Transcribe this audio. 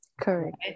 correct